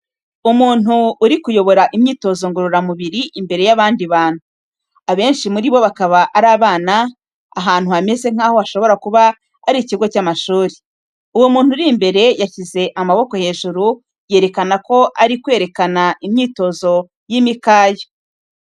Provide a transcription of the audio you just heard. Umuntu uri kuyobora imyitozo ngororamubiri imbere y’abandi bantu. Abenshi muri bo bakaba ari abana, ahantu hameze nkaho hashobora kuba ari ikigo cy’amashuri. Uwo muntu uri imbere, yashyize amaboko hejuru, yerekana ko ari kwerekana imyitozo y’imikaya.